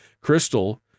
Crystal